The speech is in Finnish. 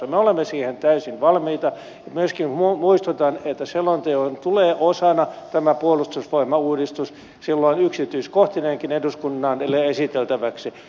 me olemme siihen täysin valmiita ja myöskin muistutan että selonteon osana tulee tämä puolustusvoimauudistus silloin yksityiskohtineenkin eduskunnalle esiteltäväksi